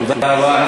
תודה רבה.